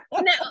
No